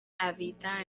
habita